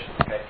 okay